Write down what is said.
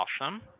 awesome